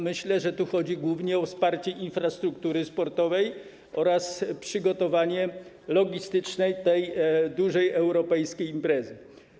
Myślę, że tu chodzi głównie o wsparcie infrastruktury sportowej oraz przygotowanie logistyczne tej dużej europejskiej imprezy.